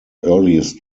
earliest